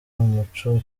umuco